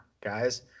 guys